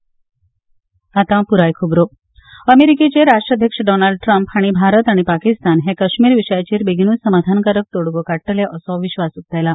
Modi Trump अमेरीकेचे राष्ट्राध्यक्ष Donald Trump हांणी भारत आनी पाकिस्तान हे काश्मीर विशयाचेर बेगीनूच समाधानकारक तोडगो काडटले असो विश्वास उक्तायला